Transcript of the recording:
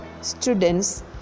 students